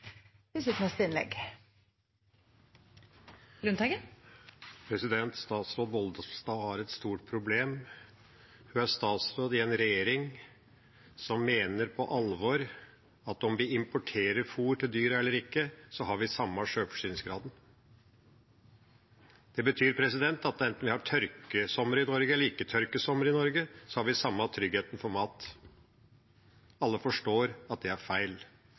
har den samme sjølforsyningsgraden om vi importerer fôr til dyra eller ikke. Det betyr at enten vi har tørkesommer i Norge eller ikke tørkesommer i Norge, har vi den samme tryggheten for mat. Alle forstår at det er feil.